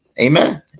Amen